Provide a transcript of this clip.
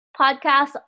Podcasts